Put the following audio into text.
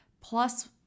plus